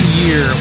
year